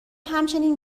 همچنین